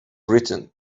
written